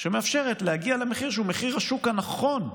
שמאפשרת להגיע למחיר שהוא מחיר השוק הנכון.